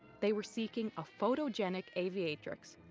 they were seeking a photogenic aviatress,